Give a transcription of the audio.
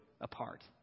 apart